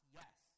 yes